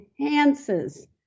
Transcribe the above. enhances